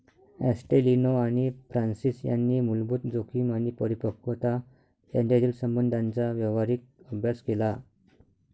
ॲस्टेलिनो आणि फ्रान्सिस यांनी मूलभूत जोखीम आणि परिपक्वता यांच्यातील संबंधांचा व्यावहारिक अभ्यास केला